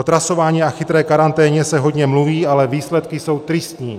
O trasování a chytré karanténě se hodně mluví, ale výsledky jsou tristní.